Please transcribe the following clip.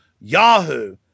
Yahoo